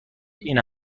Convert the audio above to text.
این